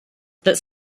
that